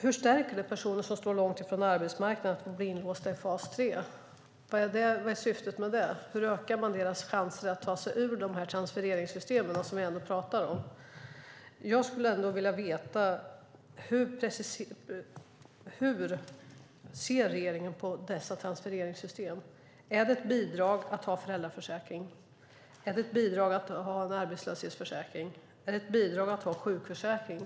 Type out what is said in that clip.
Hur stärker det personer som står långt från arbetsmarknaden att de blir inlåsta i fas 3? Vad är syftet? Hur ökar man deras chanser att ta sig ur transfereringssystemen? Hur ser regeringen på dessa transfereringssystem? Är det ett bidrag att ha föräldraförsäkring? Är det ett bidrag att ha en arbetslöshetsförsäkring? Är det ett bidrag att ha sjukförsäkring?